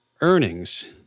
earnings